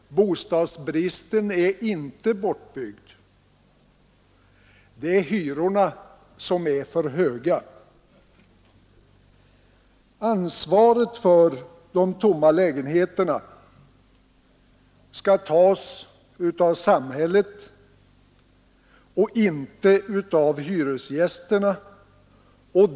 Bostadsbristen är inte bortbyggd. Det är hyrorna som är för höga. Ansvaret för de tomma lägenheterna skall tas av samhället och inte av hyresgästerna.